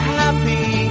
happy